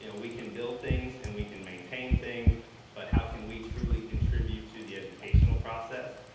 you know we can build things and we can maintain things but how can we truly contribute to the educational process?